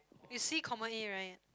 you see common inn right